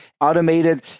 Automated